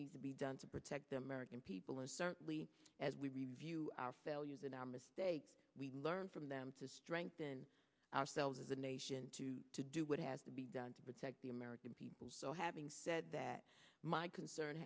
needs to be done to protect the american people and certainly as we review our failures and our mistakes we learn from them to strength than ourselves as a nation to to do what has to be done to protect the american people so having said that my concern